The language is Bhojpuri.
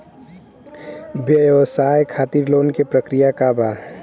व्यवसाय खातीर लोन के प्रक्रिया का बा?